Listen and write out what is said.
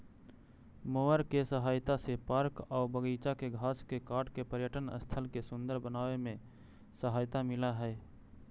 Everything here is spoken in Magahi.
मोअर के सहायता से पार्क आऊ बागिचा के घास के काट के पर्यटन स्थल के सुन्दर बनावे में सहायता मिलऽ हई